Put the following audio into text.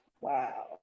Wow